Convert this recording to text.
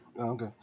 Okay